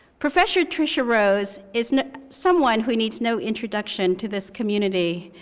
professor tricia rose is someone who needs no introduction to this community.